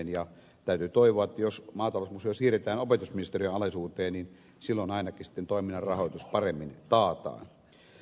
täytyy toivoa että jos maatalousmuseo siirretään opetusministeriön alaisuuteen silloin ainakin toiminnan rahoitus paremmin taataan